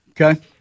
Okay